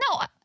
No